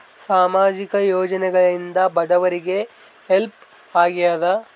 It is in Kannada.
ಸಾಮಾಜಿಕ ಯೋಜನೆಗಳಿಂದ ಬಡವರಿಗೆ ಹೆಲ್ಪ್ ಆಗ್ಯಾದ?